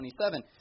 27